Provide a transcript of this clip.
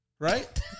Right